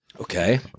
Okay